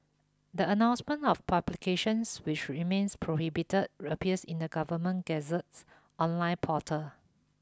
the announcement of publications which remain prohibited appears in the Government Gazette's online portal